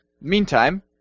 Meantime